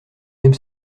même